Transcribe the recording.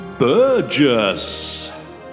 Burgess